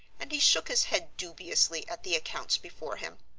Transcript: and he shook his head dubiously at the accounts before him.